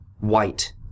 white